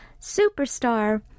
Superstar